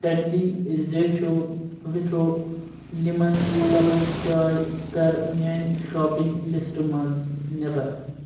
Tetley زیٹھٮ۪و ؤتھرو لِمن سبٕز چاے کَر میٛانہِ شاپنٛگ لِسٹہٕ منٛز نٮ۪بر